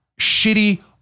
shitty